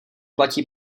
platí